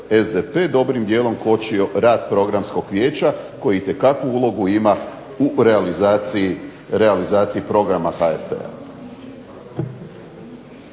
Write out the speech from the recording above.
dobrim dijelom kočio rad Programskog vijeća koje itekakvu ulogu ima u realizaciji programa HRT-a.